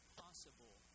possible